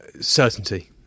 certainty